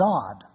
God